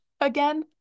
again